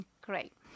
Great